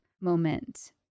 moment